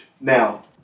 Now